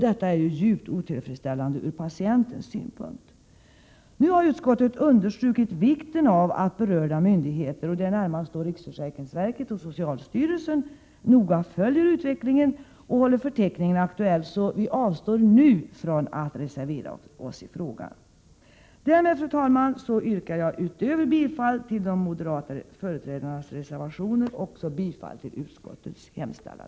Detta är djupt otillfredsställande ur patientens synvinkel. Utskottet har nu understrukit vikten av att berörda myndigheter — närmast riksförsäkringsverket och socialstyrelsen — noga följer utvecklingen och håller förteckningen aktuell. Vi avstår därför från att nu reservera oss i frågan. Fru talman! Jag yrkar bifall till de moderata företrädarnas reservationer och i övrigt till utskottets hemställan.